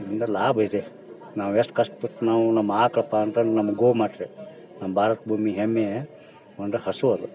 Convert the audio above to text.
ಇದರಿಂದ ಲಾಭ ಇದೆ ನಾವು ಎಷ್ಟು ಕಷ್ಟ್ಪಟ್ಟು ನಾವು ನಮ್ಮ ಆಕಳಪ್ಪ ಅಂತಂದು ನಮ್ಮ ಗೋಮಾತೆ ನಮ್ಮ ಭಾರತ ಭೂಮಿ ಹೆಮ್ಮೆ ಒಂದು ಹಸು ಅದು